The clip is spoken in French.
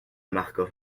marcof